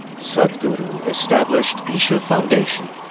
sadhguru established isha foundation,